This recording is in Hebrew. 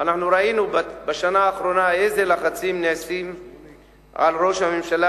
אנחנו ראינו בשנה האחרונה איזה לחצים נעשים על ראש הממשלה,